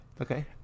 Okay